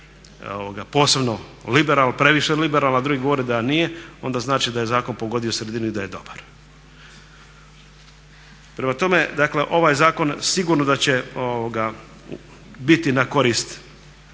posebno liberalno, previše liberalno a drugi govore da nije onda znači da je zakon pogodio sredinu i da je dobar. Prema tome, ovaj zakon sigurno da će biti na korist